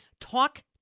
talk